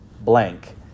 blank